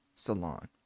salon